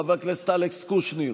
חבר הכנסת אלכס קושניר,